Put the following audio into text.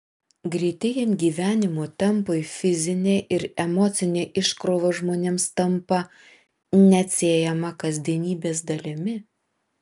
greitėjant gyvenimo tempui fizinė ir emocinė iškrova žmonėms tampa neatsiejama kasdienybės dalimi